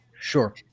Sure